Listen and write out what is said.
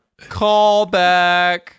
callback